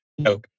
No